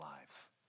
lives